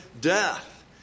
death